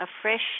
afresh